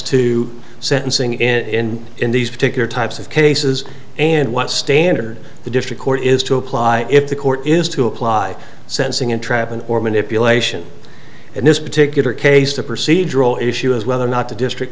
to sentencing in in these particular types of cases and what standard the district court is to apply if the court is to apply sensing entrapment or manipulation in this particular case the procedural issue is whether or not the district